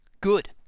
Good